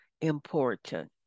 important